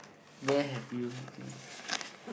where have you been